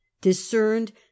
discerned